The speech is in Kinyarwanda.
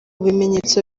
bimenyetso